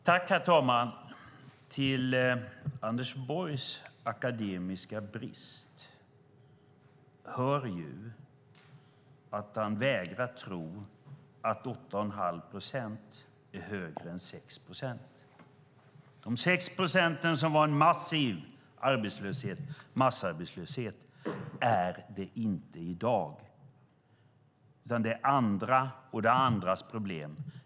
Herr talman! Till Anders Borgs akademiska brist hör att han vägrar tro att 8 1⁄2 procent är högre än 6 procent.